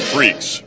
Freaks